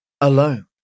alone